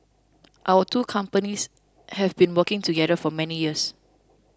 our two companies have been working together for many years